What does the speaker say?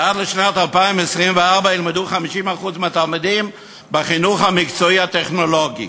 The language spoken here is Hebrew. עד לשנת 2024 ילמדו 50% מהתלמידים בחינוך המקצועי הטכנולוגי.